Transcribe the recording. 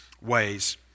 ways